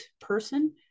person